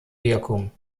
wirkung